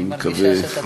אני מרגישה שאתה צרוד.